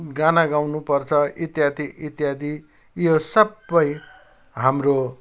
गाना गाउनुपर्छ इत्यादि इत्यादि यो सबै हाम्रो